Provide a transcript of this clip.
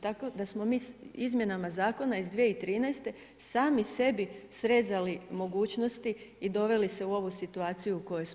Tako da smo mi izmjenama zakona iz 2013. sami sebi srezali mogućnosti i doveli se u ovu situaciju u kojoj smo sad.